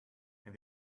and